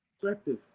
perspective